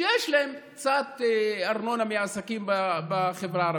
שיש להן קצת ארנונה מעסקים בחברה הערבית,